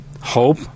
Hope